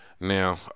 Now